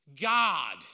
God